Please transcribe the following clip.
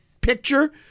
picture